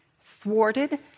thwarted